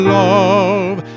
love